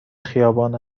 خیابان